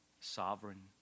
sovereign